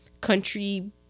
country